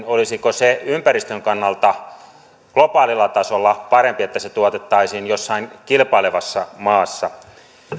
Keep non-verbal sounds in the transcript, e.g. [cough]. [unintelligible] olisiko ympäristön kannalta globaalilla tasolla parempi että se tuotanto mikä suomessa jäisi tuottamatta tuotettaisiin jossain kilpailevassa maassa